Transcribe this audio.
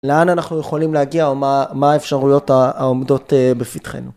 לאן אנחנו יכולים להגיע, או מה האפשרויות העומדות בפתחנו.